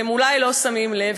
אתם אולי לא שמים לב,